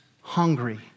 hungry